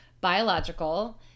Biological